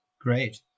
great